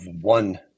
one